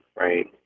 right